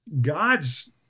God's